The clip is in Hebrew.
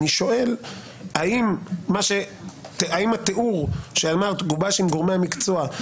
אני שואל האם התיאור שאמרת גובש עם גורמי המקצוע?